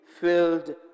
filled